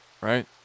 right